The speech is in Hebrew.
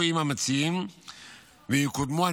עם המציעים ויקודמו בחקיקה ממשלתית,